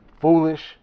foolish